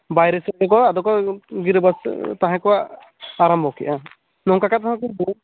ᱵᱟᱭᱨᱮ ᱥᱮᱫ ᱨᱮᱠᱚ ᱟᱫᱚ ᱠᱚ ᱟᱫᱚ ᱜᱤᱨᱟᱹ ᱵᱟᱥ ᱛᱟᱦᱮᱸ ᱠᱚᱫᱼᱟ ᱟᱨᱟᱢᱵᱚ ᱠᱮᱫᱼᱟ ᱱᱚᱝᱠᱟ ᱠᱟᱛᱮᱫ ᱦᱚᱸ ᱠᱤᱱᱛᱩ